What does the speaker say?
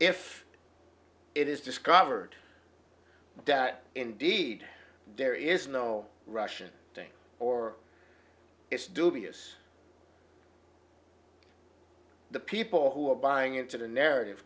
if it is discovered that indeed there is no russian thing or it's dubious the people who are buying into the narrative